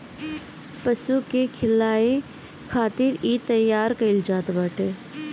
पशु के खियाए खातिर इ तईयार कईल जात बाटे